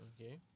Okay